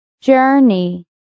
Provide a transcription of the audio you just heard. Journey